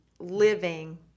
living